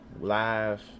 live